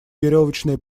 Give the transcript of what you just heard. веревочные